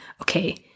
okay